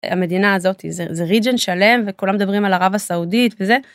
המדינה הזאת זה אזור שלם וכולם מדברים על ערב הסעודית וזה.